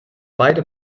beide